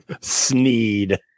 Sneed